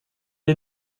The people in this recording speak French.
est